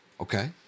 Okay